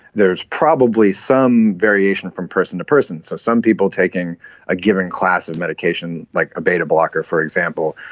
there's probably some variation from person to person. so some people taking a given class of medication like a beta-blocker, for example,